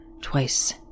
Twice